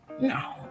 No